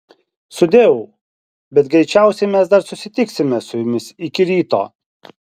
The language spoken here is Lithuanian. sudieu bet greičiausiai mes dar susitiksime su jumis iki ryto